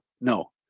No